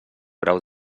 grau